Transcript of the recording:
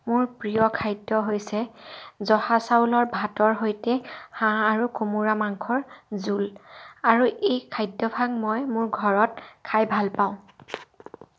মোৰ প্ৰিয় খাদ্য হৈছে জহা চাউলৰ ভাতৰ সৈতে হাঁহ আৰু কোমোৰা মাংসৰ জোল আৰু এই খাদ্যভাগ মই মোৰ ঘৰত খায় ভল পাওঁ